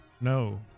No